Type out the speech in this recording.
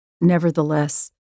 nevertheless